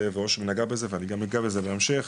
ואושרי נגע בזה ואני גם אגע בזה בהמשך.